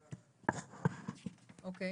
אוקיי.